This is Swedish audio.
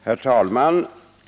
Herr talman!